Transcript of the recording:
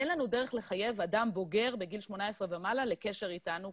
אין לנו דרך לחייב אדם בוגר בגיל 18 ומעלה לקשר כלשהו איתנו.